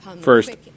First